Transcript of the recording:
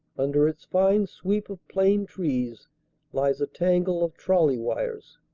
under its fine sweep of plane trees lies a tangle of trolley wires.